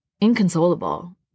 inconsolable